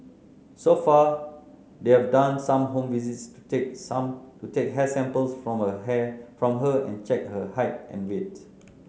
so far they've done some home visits to take some to take hair samples from here from her and check her height and weight